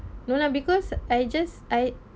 no lah because I just I